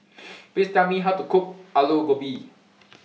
Please Tell Me How to Cook Aloo Gobi